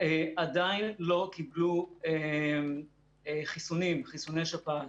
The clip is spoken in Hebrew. עדיין לא קיבלו חיסונים, חיסוני שפעת.